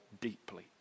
deeply